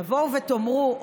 תבואו ותאמרו,